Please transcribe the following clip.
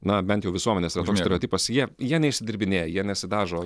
na bent jau visuomenės yra toks stereotipas jie jie neišsidirbinėja jie nesidažo